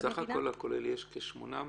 בסך הכול יש כ-800 תובעים?